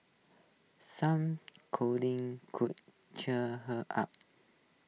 some cuddling could cheer her up